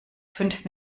fünf